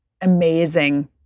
amazing